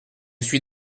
suis